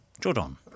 Jordan